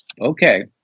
Okay